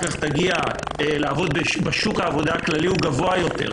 כך לעבוד בשוק העבודה הכללי הוא גבוה יותר,